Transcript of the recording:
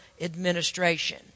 administration